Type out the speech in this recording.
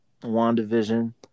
WandaVision